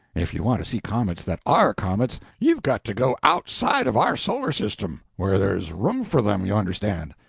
if you want to see comets that are comets, you've got to go outside of our solar system where there's room for them, you understand.